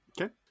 Okay